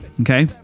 Okay